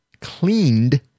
cleaned